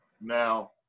Now